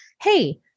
Hey